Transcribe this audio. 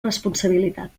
responsabilitat